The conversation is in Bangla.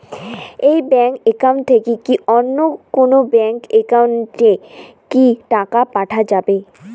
এই ব্যাংক একাউন্ট থাকি কি অন্য কোনো ব্যাংক একাউন্ট এ কি টাকা পাঠা যাবে?